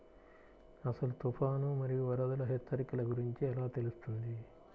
అసలు తుఫాను మరియు వరదల హెచ్చరికల గురించి ఎలా తెలుస్తుంది?